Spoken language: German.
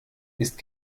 ist